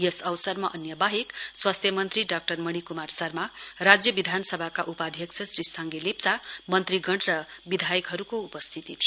यस अवसरमा अन्य बाहेक स्वास्थ्य मन्त्री श्री मणिक्मार शर्मा राज्य विधानसभाका उपाध्यक्ष श्री साङ्गे लेप्चा मन्त्रीगण र विधायकहरूको उपस्थिति थियो